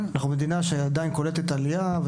אנחנו מדינה שעדיין קולטת עלייה,